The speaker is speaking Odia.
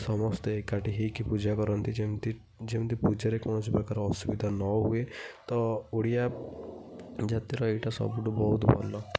ସମସ୍ତେ ଏକାଠି ହେଇକି ପୂଜା କରନ୍ତି ଯେମିତି ଯେମିତି ପୂଜା ରେ କୌଣସି ପ୍ରକାର ଅସୁବିଧା ନ ହୁଏ ତ ଓଡ଼ିଆ ଜାତି ର ଏଇଟା ସବୁଠୁ ବହୁତ ଭଲ